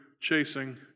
chasing